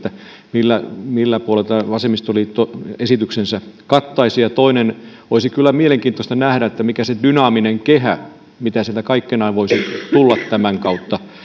miltä puolelta vasemmistoliitto esityksensä kattaisi ja toinen olisi kyllä mielenkiintoista nähdä mikä on se dynaaminen kehä mitä sieltä kaikkenaan voisi tulla tämän kautta